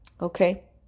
okay